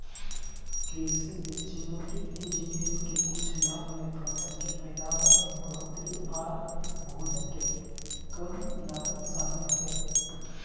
कृषि मे genetic engineering के कुछ लाभ मे फसल के पैदावार में बढ़ोतरी आर भोजन के कम लागत शामिल हय